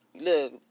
look